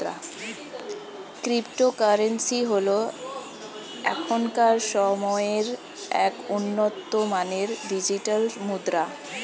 cryptocurrency হল এখনকার সময়ের এক উন্নত মানের ডিজিটাল মুদ্রা